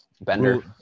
Bender